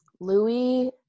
Louis